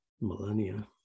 millennia